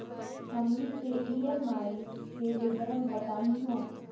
हमनी के ई.एम.आई के विवरण बताही हो?